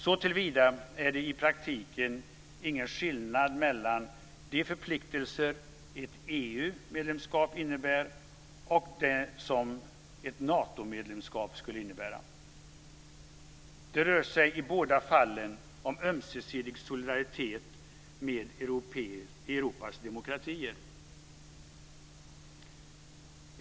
Såtillvida är det i praktiken ingen skillnad mellan de förpliktelser ett EU medlemskap innebär och de som ett Natomedlemskap skulle innebära. Det rör sig i båda fallen om ömsesidig solidaritet mellan Europas demokratier.